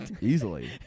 easily